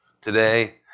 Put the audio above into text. today